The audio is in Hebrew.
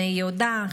בני יהודה,